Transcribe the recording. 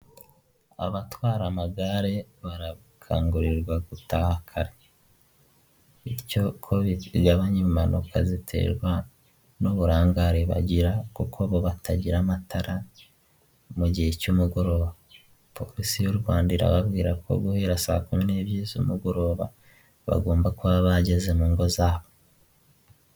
Abatwara amagare barakangurirwa gutakara kare, bityo bigabanya impanuka ziterwa n'uburangare bagira kuko bo batagira amatara mu gihe cy'umugoroba polisi y'u Rwanda irababwira ko guhera saa kumi n'ebyiri z'umugoroba bagomba kuba bageze mu ngo zabo.